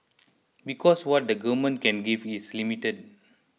because what the government can give is limited